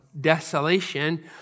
desolation